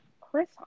Chris